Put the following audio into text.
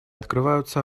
открываются